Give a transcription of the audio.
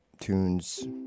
tunes